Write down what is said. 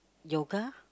yoga